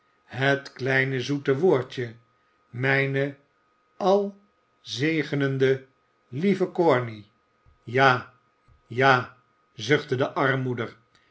het kleine zoete woordje mijne alzegenende lieve corney j j a ja zuchtte de armmoeder